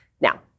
Now